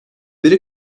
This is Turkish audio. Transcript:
beri